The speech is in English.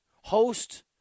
Host